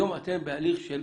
היום אתם בהליך של